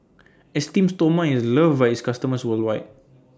Esteem Stoma IS loved By its customers worldwide